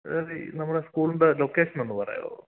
ഇത് നമ്മുടെ സ്കൂളിൻ്റെ ലൊക്കേഷനൊന്ന് പറയാമോ